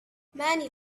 many